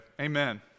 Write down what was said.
amen